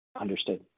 Understood